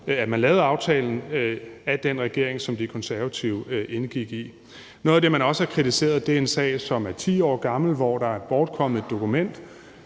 at man lavede aftalen, af den regering, som De Konservative indgik i. Noget af det, man også har kritiseret, er en sag, som er 10 år gammel, hvor der er bortkommet et dokument